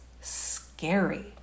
scary